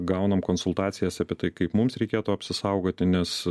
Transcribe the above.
gaunam konsultacijas apie tai kaip mums reikėtų apsisaugoti nes